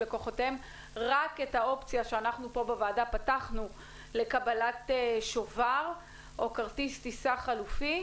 רק את האופציה שאנחנו פה בוועדה פתחנו לקבלת שובר או כרטיס טיסה חלופי.